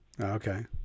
Okay